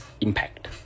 impact